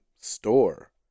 store